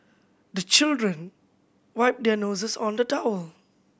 the children wipe their noses on the towel